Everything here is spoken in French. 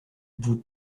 vous